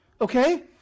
Okay